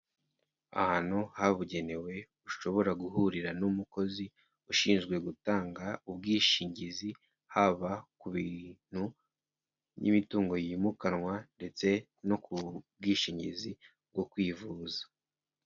Ahantu habugenewe ushobora guhurira n'umukozi ushinzwe gutanga ubwishingizi, haba ku bintu by'imitungo yimukanwa ndetse no ku bwishingizi bwo kwivuza.